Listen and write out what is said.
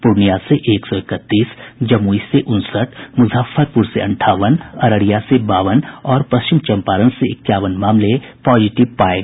पूर्णिया से एक सौ इकतीस जमुई से उनसठ मुजफ्फरपुर से अंठावन अररिया से बावन और पश्चिम चंपारण से इक्यावन मामले पॉजिटिव पाये गये हैं